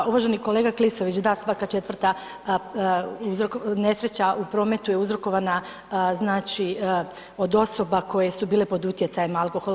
Pa uvaženi kolega Klisović, da, svaka 4. nesreća u prometu je uzrokovana znači od osoba koje su bile pod utjecajem alkohola.